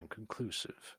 inconclusive